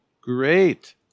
great